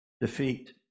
Defeat